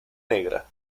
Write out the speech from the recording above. negra